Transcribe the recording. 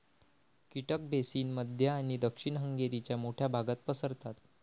कीटक बेसिन मध्य आणि दक्षिण हंगेरीच्या मोठ्या भागात पसरतात